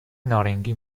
نارنگی